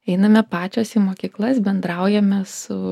einame pačios į mokyklas bendraujame su